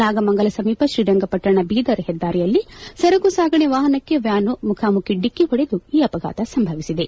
ನಾಗಮಂಗಲ ಸಮೀಪ ಶ್ರೀರಂಗಪಟ್ಟಣ ಬೀದರ್ ಹೆದ್ದಾರಿಯಲ್ಲಿ ಸರಕು ಸಾಗಣೆ ವಾಹನಕ್ಕೆ ವ್ಯಾನು ಮುಖಾಮುಖಿ ಡಿಕ್ಕೆ ಹೊಡೆದು ಈ ಅಪಘಾತ ಸಂಭವಿಸಿದೆ